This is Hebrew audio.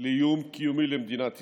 לאיום קיומי על מדינת ישראל.